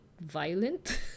violent